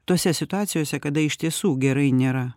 tose situacijose kada iš tiesų gerai nėra